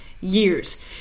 years